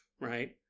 right